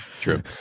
true